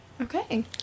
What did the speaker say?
Okay